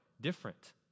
different